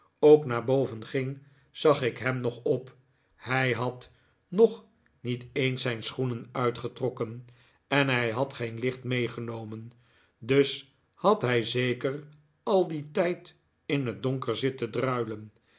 ook naar boven ging zag ik hem nog op hij had nog niet eens zijn schoenen uitgetrokken en hij had geen licht meegenomen dus had hij zeker al dien tijd in het donker zitten druilen